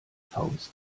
fouls